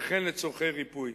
וכן לצורכי ריפוי.